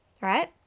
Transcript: right